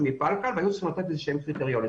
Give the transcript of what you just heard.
מפלקל והיו צריכים לתת קריטריונים מסוימים.